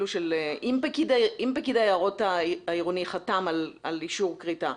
אם פקיד היערות העירוני חתם על אישור כריתה,